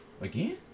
Again